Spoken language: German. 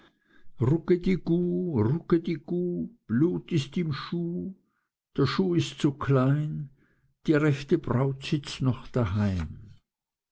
blut ist im schuck schuh der schuck ist zu klein die rechte braut sitzt noch daheim